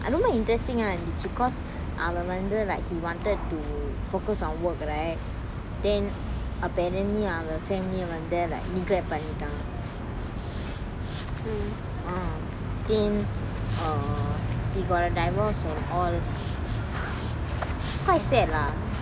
அது ரொம்ப:athu romba interesting ah இருந்துச்சி:irunthuchi cause அவன் வந்து:avan vanthu like he wanted to focus on work right then அப்ப:appa eraniya வ:va family வந்து:vanthu like neglect பண்ணிடாங்க:pannitaanga then um then they got a divorce and all quite sad lah